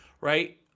right